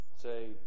say